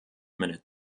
minute